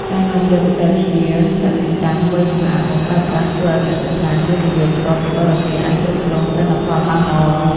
ការនាំយកបច្ចេកវិទ្យា "កសិកម្មវៃឆ្លាត" មកប្រើប្រាស់ ជួយឱ្យកសិដ្ឋាន វិនិយោគផ្ទាល់ពីបរទេស អាចគ្រប់គ្រងទិន្នផលបានល្អ។